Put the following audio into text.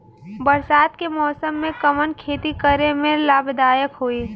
बरसात के मौसम में कवन खेती करे में लाभदायक होयी?